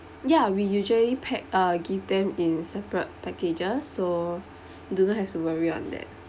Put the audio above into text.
ya we usually pack uh give them in separate packages so do not have to worry on that